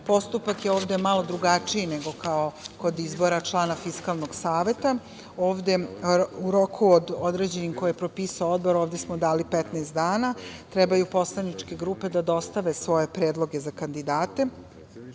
je ovde malo drugačiji nego kao kod izbora člana Fiskalnog saveta. Ovde u roku određenom koji je propisao Odbor, ovde smo dali 15 dana, trebaju poslaničke grupe da dostave svoje predloge za kandidate.